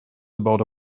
about